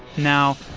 now,